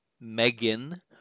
Megan